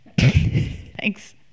thanks